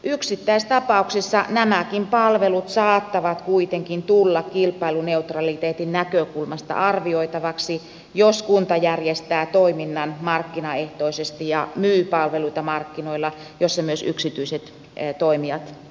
yksittäistapauksissa nämäkin palvelut saattavat kuitenkin tulla kilpailuneutraliteetin näkökulmasta arvioitaviksi jos kunta järjestää toiminnan markkinaehtoisesti ja myy palveluita markkinoilla joilla myös yksityiset toimijat toimivat